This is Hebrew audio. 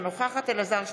אינה נוכחת אלעזר שטרן,